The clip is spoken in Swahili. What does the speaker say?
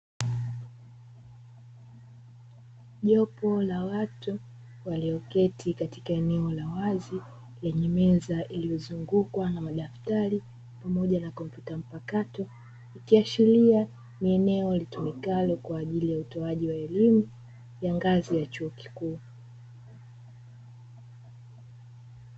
Jopo la watu walioketi katika eneo la wazi lenye meza iliyozungukwa na madaktari pamoja na kompyuta mpakato, ikiashiria ni eneo litumikalo kwa ajili ya utoaji wa elimu ya ngazi ya chuo kikuu.